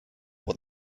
what